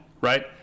right